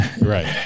Right